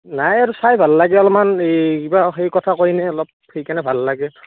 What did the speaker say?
নাই আৰু চাই ভাল লাগে অলপমান এই কিবা হেৰি কথা কয় ন' অলপ সেইকাৰণে ভাল লাগে